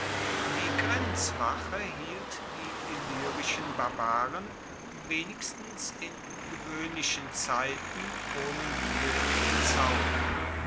die grenzwache hielt die illyrischen barbaren wenigstens in gewoehnlichen zeiten ohne muehe im zaum